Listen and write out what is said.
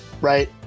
Right